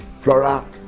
Flora